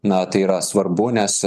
na tai yra svarbu nes